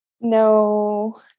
No